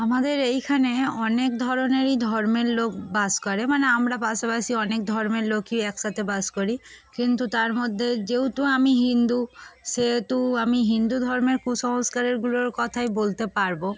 আমাদের এইখানে অনেক ধরনেরই ধর্মের লোক বাস করে মানে আমরা পাশাপাশি অনেক ধর্মের লোকই একসাথে বাস করি কিন্তু তার মধ্যে যেহেতু আমি হিন্দু সেহেতু আমি হিন্দু ধর্মের কুসংস্কারেরগুলোর কথাই বলতে পারবো